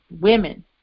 Women